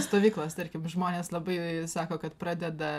stovyklos tarkim žmonės labai sako kad pradeda